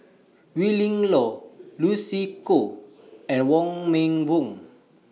Willin Low Lucy Koh and Wong Meng Voon